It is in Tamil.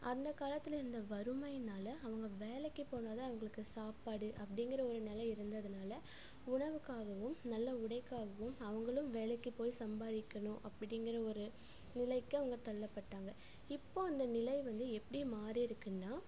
அந்த காலத்தில் இருந்த வறுமையினால் அவங்க வேலைக்கு போனால் தான் அவங்களுக்கு சாப்பாடு அப்டிங்கிற ஒரு நிலை இருந்ததுனால் உணவுக்காகவும் நல்ல உடைக்காகவும் அவங்களும் வேலைக்கு போய் சம்பாதிக்கணும் அப்பிடிங்கிற ஒரு நிலைக்கு அவங்க தள்ளப்பட்டாங்க இப்போ அந்த நிலை வந்து எப்படி மாறிருக்குன்னா